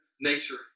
nature